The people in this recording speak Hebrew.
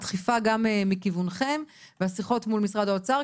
הדחיפה גם מכיוונכם והשיחות מול משרד האוצר,